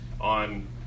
on